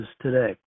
today